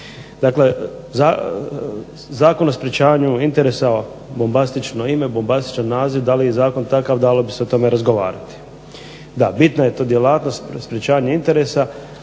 Dakle, Zakon o sprječavanju interesa bombastično ime, bombastičan naziv. Da li je zakon i takav dalo bi se o tome razgovarati. Da, bitna je tu djelatnost sprječavanja interesa.